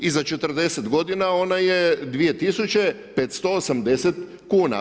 I za 40 godina ona je 2.580 kuna.